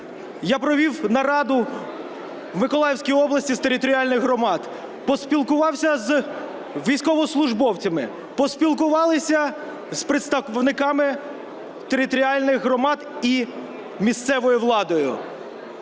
я провів нараду в Миколаївській області з територіальних громад. Поспілкувався з військовослужбовцями, поспілкувалися з представниками територіальних громад і місцевою владою.